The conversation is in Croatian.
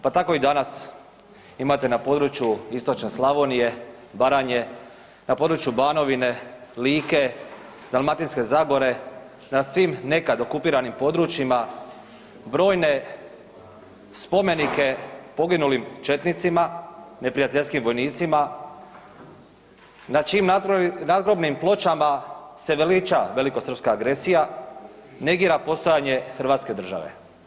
Pa tako i danas imate na području istočne Slavonije, Baranje, na području Banovine, Like, Dalmatinske zagore, na svim nekad okupiranim područjima brojne spomenike poginulim četnicima, neprijateljskim vojnicima na čijim nadgrobnim pločama se veliča velikosrpska agresija, negira postojanje hrvatske države.